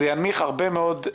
זה ינמיך הרבה מאוד מהחששות.